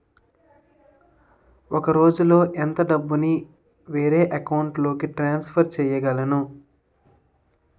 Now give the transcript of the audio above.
ఒక రోజులో ఎంత డబ్బుని వేరే అకౌంట్ లోకి ట్రాన్సఫర్ చేయగలను?